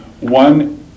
one